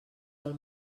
del